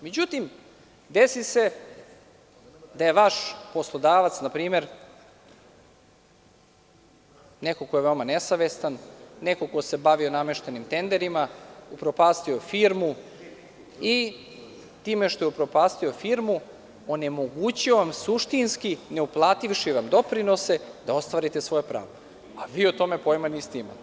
Međutim, desi da je vaš poslodavac, na primer, neko ko je veoma nesavestan, neko ko se bavio nameštenim tenderima, upropastio firmu i time što je upropastio firmu onemogućio je suštinski, neuplativši vam doprinose, da ostvarite svoja prava, a vi o tome pojma niste imali.